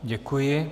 Děkuji.